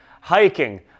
hiking